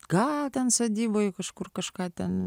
gal ten sodyboj kažkur kažką ten